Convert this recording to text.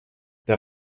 der